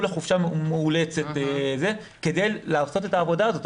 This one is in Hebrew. לחופשה מאולצת כדי לעשות את העבודה הזאת.